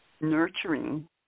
Nurturing